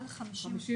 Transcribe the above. פעולה.